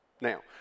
Now